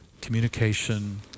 communication